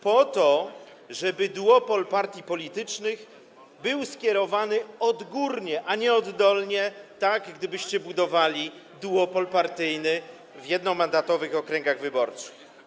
Po to, żeby duopol partii politycznych był skierowany odgórnie, a nie oddolnie tak, jak byście budowali duopol partyjny w jednomandatowych okręgach wyborczych.